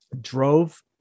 drove